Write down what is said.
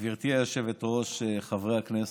גברתי היושבת-ראש, חברי הכנסת,